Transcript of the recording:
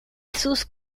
sus